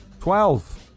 Twelve